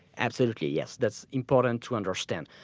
absolutely, yes. that's important to understand.